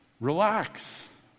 Relax